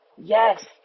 Yes